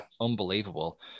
unbelievable